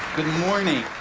good morning.